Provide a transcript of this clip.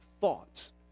thoughts